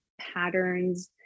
patterns